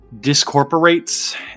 discorporates